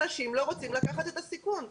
אנשים לא רוצים לקחת את הסיכון.